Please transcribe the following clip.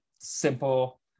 simple